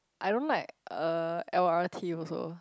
I don't like uh L_R_T also